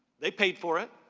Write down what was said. they paid for it.